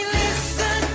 listen